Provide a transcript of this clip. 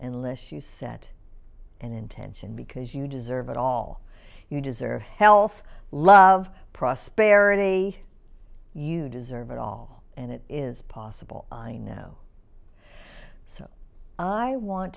unless you set an intention because you deserve it all you deserve health love prosperity you deserve it all and it is possible no so i want